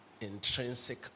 intrinsic